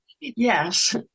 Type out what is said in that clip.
Yes